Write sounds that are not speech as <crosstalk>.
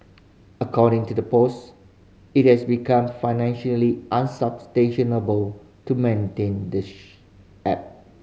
according to the post it has become financially unsustainable to maintain the <unintelligible> app